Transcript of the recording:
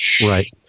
Right